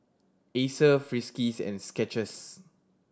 Acer Friskies and Skechers